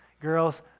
girls